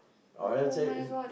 oh then say